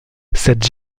cette